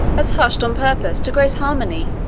as hush'd on purpose to grace harmony!